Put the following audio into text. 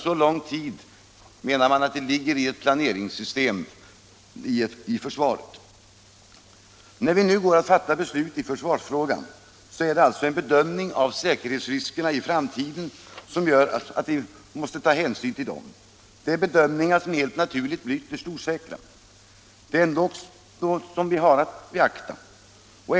Så lång tid menar man alltså att det behövs i ett planeringssystem i försvaret. När vi därför i år går att fatta beslut i försvarsfrågan så är det den bedömning av säkerhetsriskerna i framtiden, som vi gör, som måste vara vägledande. Det måste bli bedömningar, som helt naturligt är ytterst osäkra. Det är ändock på dessa som vi måste bygga våra ställningstaganden.